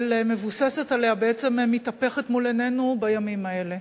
מבוססת עליה בעצם מתהפכת מול עינינו בימים האלה.